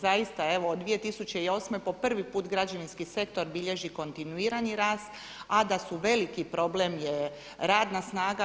Zaista evo od 2008. po prvi put građevinski sektor bilježi kontinuirani rast a da su veliki problem je radna snaga.